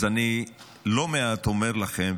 אני לא מעט אומר לכם,